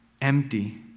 empty